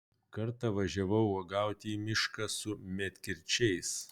kartą važiavau uogauti į mišką su medkirčiais